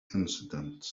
incidents